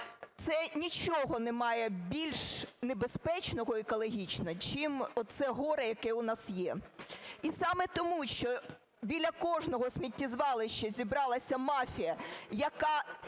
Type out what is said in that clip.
Це нічого не має більш небезпечного екологічно, чим оце горе, яке у нас є. І саме тому, що біля кожного сміттєзвалища зібралася мафія, яка